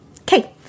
Okay